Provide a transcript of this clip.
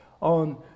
on